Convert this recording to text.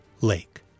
lake